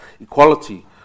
equality